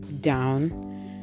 down